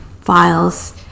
files